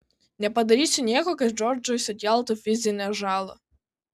nepadarysiu nieko kas džordžui sukeltų fizinę žalą